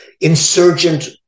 Insurgent